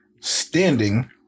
standing